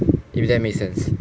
if that make sense